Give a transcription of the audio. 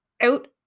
out